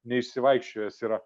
neišsivaikščiojęs yra